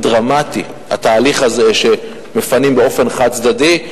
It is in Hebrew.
דרמטי העניין הזה שמפנים באופן חד-צדדי,